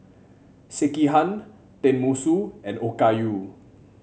Sekihan Tenmusu and Okayu